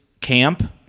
camp